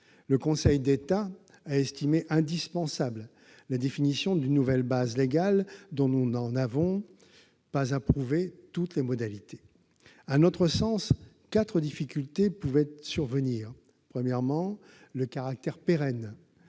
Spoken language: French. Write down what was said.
Le Conseil d'État a estimé indispensable la définition d'une nouvelle base légale, dont nous n'avons pas approuvé toutes les modalités. À notre sens, quatre difficultés pouvaient se présenter : premièrement, le caractère pérenne